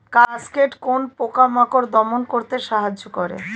Cascade কোন পোকা মাকড় দমন করতে সাহায্য করে?